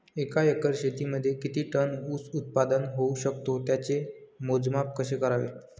एका एकर शेतीमध्ये किती टन ऊस उत्पादन होऊ शकतो? त्याचे मोजमाप कसे करावे?